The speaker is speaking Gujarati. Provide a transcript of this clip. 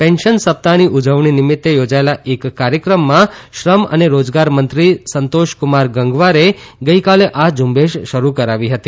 પેન્શન સપ્તાહની ઉજવણી નિમિત્તે યાજાયેલા એક કાર્યક્રમમાં શ્રમ ૈ ને રાજગાર મંત્રી સંતાવકુમાર ગંગવારે ગઇકાલે આ ઝુંબેશ શરૂ કરાવી હતી